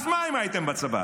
אז מה אם הייתם בצבא?